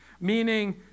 Meaning